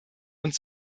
und